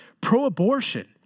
pro-abortion